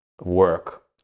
work